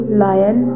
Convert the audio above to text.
lion